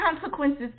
consequences